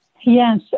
Yes